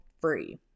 free